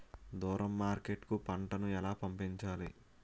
దూరం మార్కెట్ కు పంట ను ఎలా పంపించాలి?